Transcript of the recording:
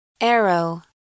Arrow